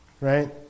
right